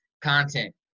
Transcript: content